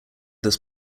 this